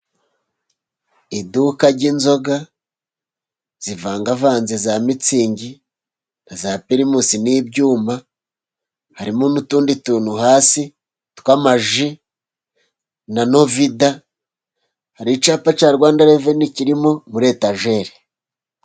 Iduka ry'inzoga zivangavanze, za mitsingi, za pirimusi n'ibyuma. Harimo n'utundi tuntu hasi tw'amaji na novida. Hari icyapa cya Rwanda reveni kirimo muri etajeri.